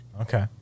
Okay